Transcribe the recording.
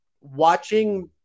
watching